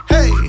Hey